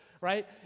right